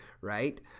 right